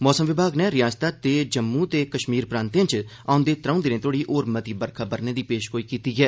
मौसम विभाग नै रयासतै दे जम्मू ते कश्मीर प्रांतें च औंदे त्रों दिनें तोड़ी होर मती बरखा बरने दी पेशगोई कीती ऐ